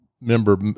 member